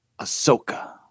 Ahsoka